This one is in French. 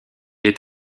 est